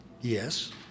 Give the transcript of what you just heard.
Yes